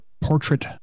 portrait